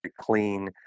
clean